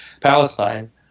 Palestine